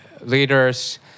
leaders